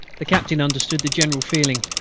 the captain understood the general feeling.